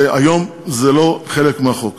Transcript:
והיום הם לא חלק מהחוק.